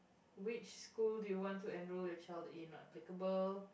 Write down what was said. which school do you want to enroll your child in not applicable